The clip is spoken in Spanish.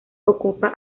ocupa